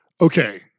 Okay